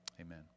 Amen